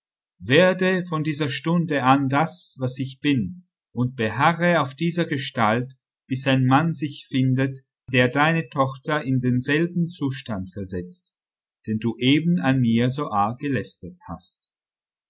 werde von dieser stunde an das was ich bin und beharre auf dieser gestalt bis ein mann sich findet der deine tochter in denselben zustand versetzt den du eben an mir so arg gelästert hast